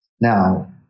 Now